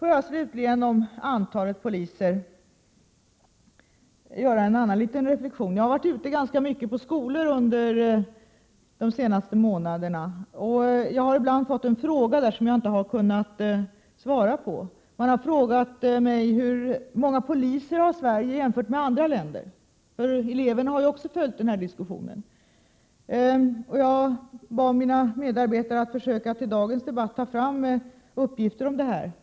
Får jag slutligen i fråga om antalet poliser göra en annan liten reflexion. Under de senaste månaderna har jag varit ute ganska mycket på skolor, och jag har då ibland fått en fråga som jag inte har kunnat svara på. Man har frågat hur många poliser Sverige har jämfört med andra länder. Eleverna har ju också följt den här diskussionen. Jag bad mina medarbetare att till dagens debatt försöka ta fram uppgifter om detta.